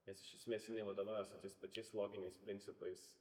nes iš esmės jinai vadovaujasi tais pačiais loginiais principais